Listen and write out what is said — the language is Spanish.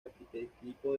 arquetipo